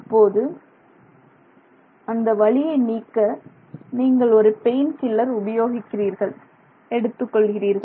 இப்போது அந்த வலியை நீக்க நீங்கள் ஒரு பெயின் கில்லர் உபயோகிக்கிறீர்கள் எடுத்துக் கொள்கிறீர்கள்